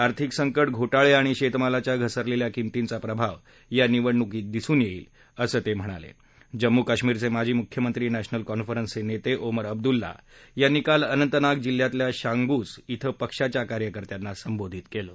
आर्थिक संकट घोटाळआणि शस्त्रालाच्या घसरलखिा किमतींचा प्रभाव या निवडणुकीत दिसून या ्व ेक्र असं तक्कणालक्जम्मू आणि कश्मीरचक्राजी मुख्यमंत्री नधीलन कॉन्फरन्सचतित्त्वीमर अब्दुल्ला यांनी काल अनंतनाग जिल्ह्यातल्या शांगुस धिं पक्षाच्या कार्यकर्त्यांना संबोधित कलि